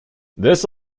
this